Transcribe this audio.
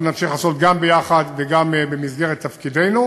אנחנו נמשיך לעשות גם יחד, וגם במסגרת תפקידנו,